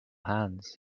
hands